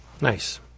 Nice